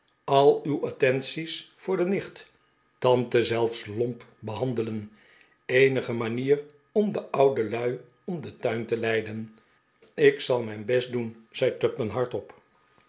a uw attenties voor de nicht tante zelfs lomp behandelen eenige manier om de oude lui om den tuin te leiden ik zal mijn best doen zei tupman hardop